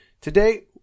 today